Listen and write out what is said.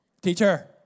Teacher